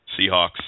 Seahawks